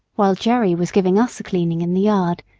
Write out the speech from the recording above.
while jerry was giving us a cleaning in the yard,